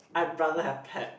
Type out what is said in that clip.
I'd rather have pet